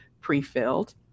pre-filled